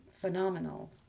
phenomenal